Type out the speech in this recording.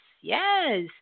yes